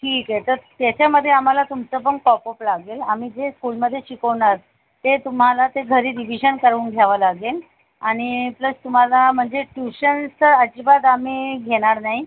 ठीक आहे तर त्याच्यामध्ये आम्हाला तुमचं पण कॉपअप लागेल आम्ही जे स्कूलमध्ये शिकवणार ते तुम्हाला ते घरी रिव्हीजन करून घावं लागेल आणि प्लस तुम्हाला म्हणजे ट्युशन्स अजिबात आम्ही घेणार नाही